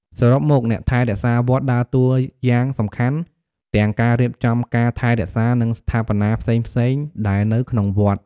សរុបមកអ្នកថែរក្សាវត្តដើរតួយ៉ាងសំខាន់ទាំងការរៀបចំការថែរក្សានិងស្ថាបនាផ្សេងៗដែលនៅក្នុងវត្ត។